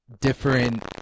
different